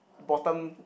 bottom